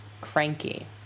Cranky